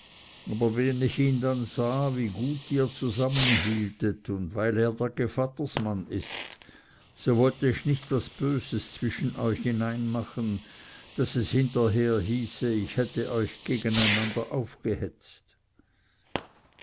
aber wenn ich dann sah wie gut ihr zusammenhieltet und weil er der gevattersmann ist so wollte ich nicht was böses zwischen euch hineinmachen daß es hinterher hieße ich hätte euch gegeneinander aufgehetzt